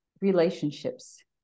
relationships